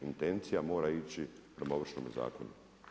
Intencija mora ići prema Ovršnom zakonu.